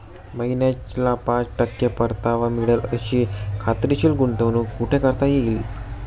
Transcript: महिन्याला पाच टक्के परतावा मिळेल अशी खात्रीशीर गुंतवणूक कुठे करता येईल?